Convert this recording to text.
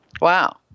Wow